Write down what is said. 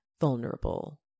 vulnerable